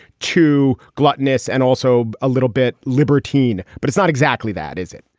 too gluttonous and also a little bit libertine. but it's not exactly that, is it?